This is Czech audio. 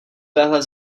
téhle